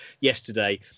yesterday